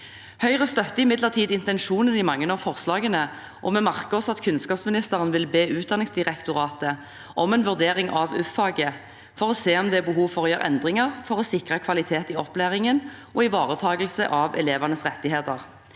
Høyre støtter imidlertid intensjonen i mange av forslagene, og vi merker oss at kunnskapsministeren vil be Utdanningsdirektoratet om en vurdering av YFF-faget for å se om det er behov for å gjøre endringer for å sikre kvalitet i opplæringen og ivaretakelse av elevenes rettigheter.